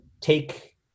take